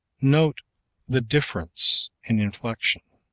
note the difference in inflection.